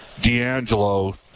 d'angelo